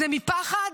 זה מפחד?